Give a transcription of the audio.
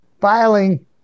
filing